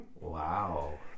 Wow